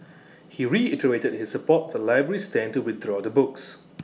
he reiterated his support the library's stand to withdraw the books